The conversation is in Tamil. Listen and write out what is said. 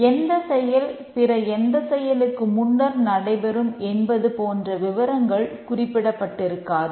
எந்த செயல் பிற எந்த செயலுக்கு முன்னர் நடைபெறும் என்பது போன்ற விவரங்கள் குறிப்பிடப்பட்டிருக்காது